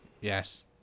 Yes